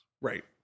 Right